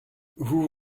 vous